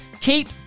Keep